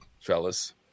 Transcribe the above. fellas